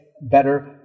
better